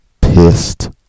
pissed